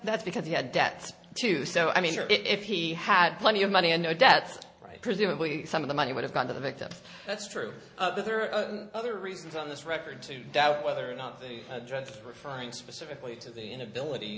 that's because he had debts to do so i mean if he had plenty of money and no debts right presumably some of the money would have gone to the victims that's true but there are other reasons on this record to doubt whether or not the drugs were trying specifically to the inability